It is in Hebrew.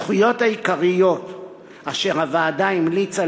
הזכויות העיקריות אשר הוועדה המליצה